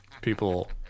people